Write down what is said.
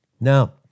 Now